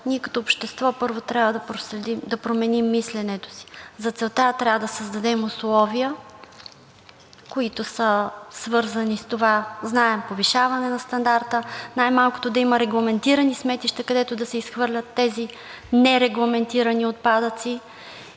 ние като общество, първо, трябва да променим мисленето си. За целта трябва да създадем условия, които са свързани с това, знаем, повишаване на стандарта, най-малкото да има регламентирани сметища, където да се изхвърлят тези нерегламентирани отпадъци,